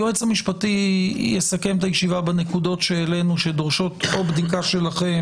היועץ המשפטי יסכם את הישיבה בנקודות שהעלנו שדורשות או בדיקה שלכם,